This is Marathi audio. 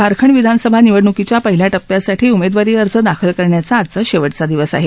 झारखड्डविधानसभा निवडणुकीच्या पहिल्या टप्प्यासाठी उमेदवारी अर्ज दाखल करण्याचा आज शेवटचा दिवस आहे